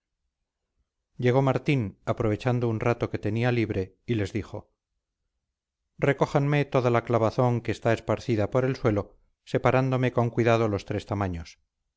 llegó martín aprovechando un rato que tenía libre y les dijo recójanme toda la clavazón que está esparcida por el suelo separándome con cuidado los tres tamaños